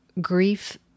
grief